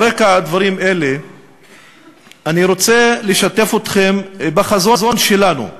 על רקע דברים אלה אני רוצה לשתף אתכם בקצרה בחזון שלנו,